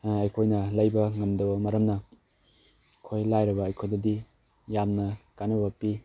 ꯑꯩꯈꯣꯏꯅ ꯂꯩꯕ ꯉꯝꯗꯕ ꯃꯔꯝꯅ ꯑꯩꯈꯣꯏ ꯂꯥꯏꯔꯕ ꯑꯩꯈꯣꯏꯗꯗꯤ ꯌꯥꯝꯅ ꯀꯥꯟꯅꯕ ꯄꯤ